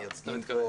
-- ומייצגים פה